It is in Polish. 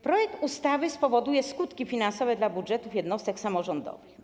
Projekt ustawy spowoduje skutki finansowe dla budżetów jednostek samorządowych.